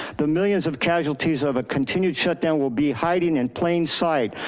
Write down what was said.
the millions of casualties of a continued shutdown will be hiding in plain sight,